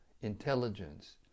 Intelligence